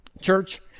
Church